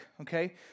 okay